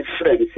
friends